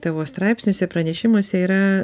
tavo straipsniuose pranešimuose yra